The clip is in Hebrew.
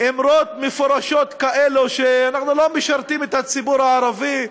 אמרות מפורשות כאלה של "אנחנו לא משרתים את הציבור הערבי"